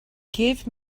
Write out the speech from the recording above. give